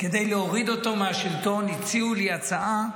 כדי להוריד אותו מהשלטון הציעו לי הצעה,